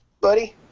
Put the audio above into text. buddy